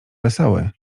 wesoły